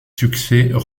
succès